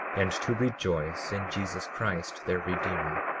and to rejoice in jesus christ their redeemer.